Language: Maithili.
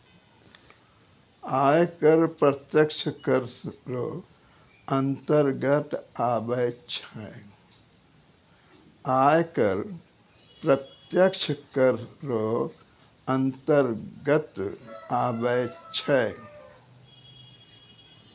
आय कर प्रत्यक्ष कर रो अंतर्गत आबै छै